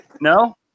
No